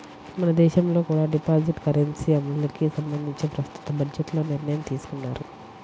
మన దేశంలో కూడా డిజిటల్ కరెన్సీ అమలుకి సంబంధించి ప్రస్తుత బడ్జెట్లో నిర్ణయం తీసుకున్నారు